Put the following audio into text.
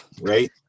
right